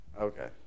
Okay